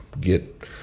get